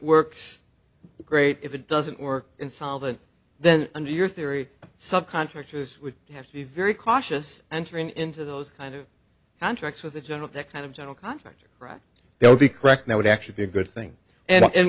works great if it doesn't work insolvent then under your theory sub contractors would have to be very cautious and turn into those kind of contracts with the general that kind of general contractor right there would be correct that would actually be a good thing and